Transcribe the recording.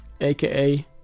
aka